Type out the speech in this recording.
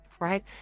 right